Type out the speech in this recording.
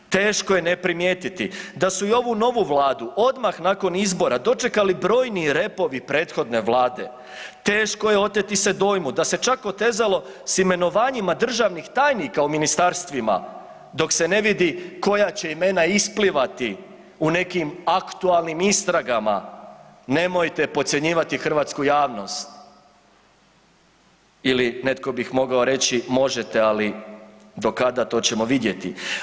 Teško je ne primijetiti da su i ovu novu vladu odmah nakon izbora dočekali brojni repovi prethodne vlade, teško je oteti se dojmu da se čak otezalo s imenovanjima državnih tajnika u ministarstvima dok se ne vidi koja će imena isplivati u nekim aktualnim istragama, nemojte podcjenjivati hrvatsku javnost ili netko bih mogao reći možete, ali do kada to ćemo vidjeti.